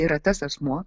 yra tas asmuo